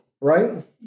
right